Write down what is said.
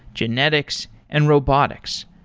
genetics, and robotics.